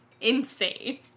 insane